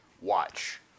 watch